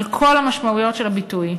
על כל המשמעויות של הביטוי,